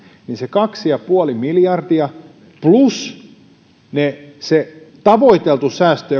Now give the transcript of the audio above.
niin se kaksi pilkku viisi miljardia plus se tavoiteltu säästö